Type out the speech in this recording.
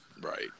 Right